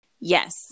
Yes